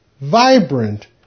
vibrant